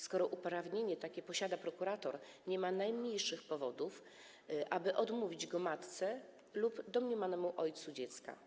Skoro uprawnienie takie posiada prokurator, nie ma najmniejszych powodów, aby odmówić go matce lub domniemanemu ojcu dziecka.